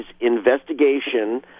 investigation